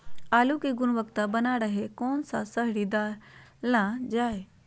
आलू की गुनबता बना रहे रहे कौन सा शहरी दलना चाये?